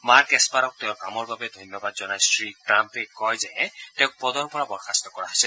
mark এস্পৰাক তেওঁৰ কামৰ বাবে ধন্যবাদ জনাই শ্ৰীট্টাম্পে কয় যে তেওঁক পদৰ পৰা বৰ্খাস্ত কৰা হৈছে